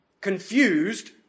Confused